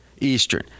Eastern